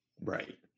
Right